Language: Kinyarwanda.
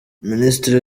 minisiteri